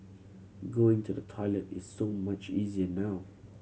going to the toilet is so much easier now